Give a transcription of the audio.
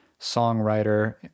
songwriter